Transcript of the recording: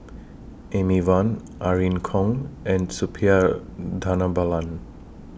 Amy Van Irene Khong and Suppiah Dhanabalan